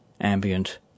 ambient